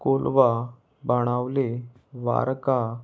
Colva Benaulim वारकां